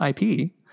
ip